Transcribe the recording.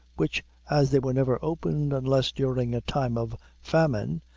which, as they were never opened unless during time of famine,